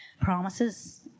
promises